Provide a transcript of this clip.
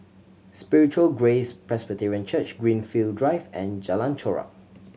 Spiritual Grace Presbyterian Church Greenfield Drive and Jalan Chorak